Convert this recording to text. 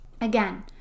Again